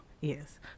yes